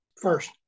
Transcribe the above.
First